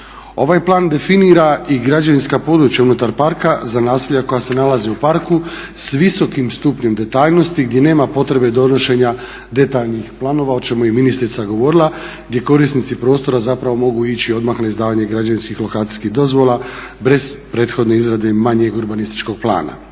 Ovaj plan definira i građevinska područja unutar parka za naselja koja se nalaze u parku s visokim stupnjem detaljnosti gdje nema potrebe donošenja detaljnih planova o čemu je i ministrica govorila, gdje korisnici prostora zapravo mogu ići odmah na izdavanje građevinskih i lokacijskih dozvola bez prethodne izrade manjeg urbanističkog plana.